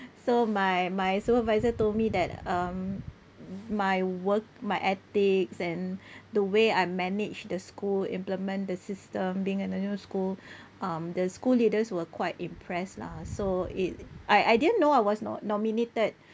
so my my supervisor told me that um my work my ethics and the way I manage the school implement the system being in the new school um the school leaders were quite impressed lah so it I I didn't know I was no~ nominated